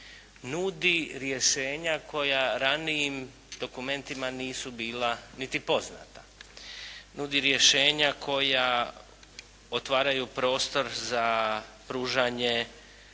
nudi rješenja koja ranijim dokumentima nisu bila niti poznata, nudi rješenja koja otvaraju prostor za pružanje